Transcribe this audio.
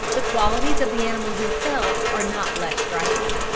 the qualities of the animal himself are not less striking.